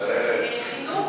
חינוך